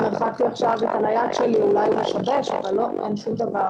אבל בואי ננסה עד שלא נוכל לסבול את זה